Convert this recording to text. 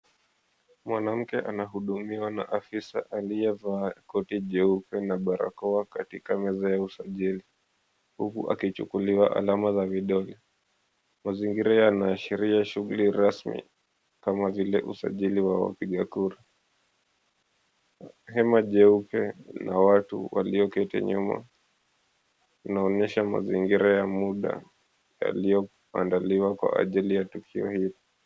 Mwanamke anahudumiwa na afisa aliyevaa koti jeupe na barakoa katika meza ya usajili, huku akichukuliwa alama za vidole. Mazingira yanaashiria shughuli rasmi kama vile usajili wa wapiga kura. Hema jeupe la watu walioketi nyuma inaonyesha mazingira ya muda yaliyoandaliwa kwa ajili ya tukio hili.